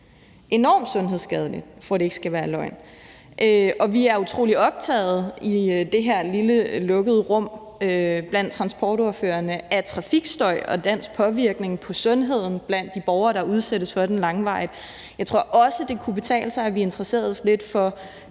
enormt sundhedsskadeligt, for at det ikke skal være løgn, og vi er utrolig optaget i det her lille lukkede rum af transportordførere af trafikstøj og dens påvirkning på sundheden blandt de borgere, der udsættes for den langvarigt. Jeg tror også, det kunne betale sig, at vi interesserede os lidt for